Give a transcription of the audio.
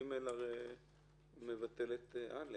(ג) הרי מבטל את (א).